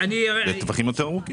לטווחים יותר ארוכים.